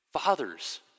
Fathers